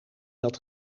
dat